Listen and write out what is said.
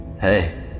Hey